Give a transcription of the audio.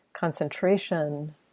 concentration